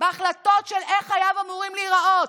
בהחלטות של איך חייו אמורים להיראות.